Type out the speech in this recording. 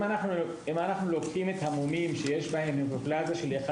אם אנחנו לוקחים את המומים שיש בהם היפופלזיה של אחד